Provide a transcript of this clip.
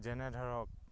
যেনে ধৰক